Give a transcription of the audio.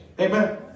Amen